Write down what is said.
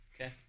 Okay